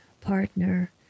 partner